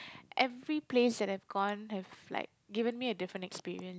every place that I've gone have like given me a different experience